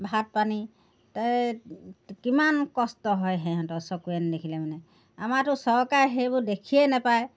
ভাত পানী তাত কিমান কষ্ট হয় সিহঁতৰ চকুৰে নেদেখিলে মানে আমাৰতো চৰকাৰে সেইবোৰ দেখিয়েই নেপায়